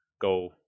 Go